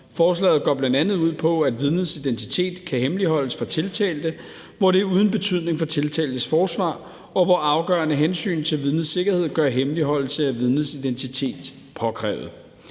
Forslaget går bl.a. ud på, at vidnets identitet kan hemmeligholdes for tiltalte, hvor det er uden betydning for tiltaltes forsvar, og hvor afgørende hensyn til vidnets sikkerhed gør hemmeligholdelse af vidnets identitet påkrævet.